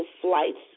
flights